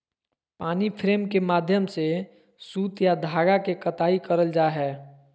पानी फ्रेम के माध्यम से सूत या धागा के कताई करल जा हय